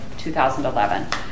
2011